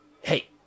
hey